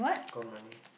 count money